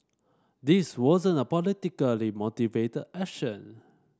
this wasn't a politically motivated action